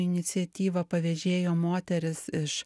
iniciatyvą pavėžėjo moteris iš